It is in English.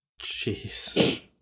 Jeez